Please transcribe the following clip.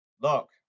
Look